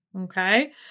okay